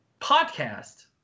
podcast